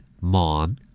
Mom，